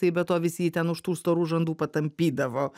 tai be to visi jį ten už tų storų žandų patampydavo